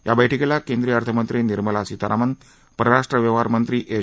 या बैठकीला केंद्रीय अर्थ मंत्री निर्मला सीतारामन परराष्ट्र व्यवहारमंत्री एस